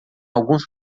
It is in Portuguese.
alguns